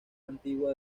antigua